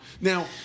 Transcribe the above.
now